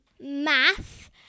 math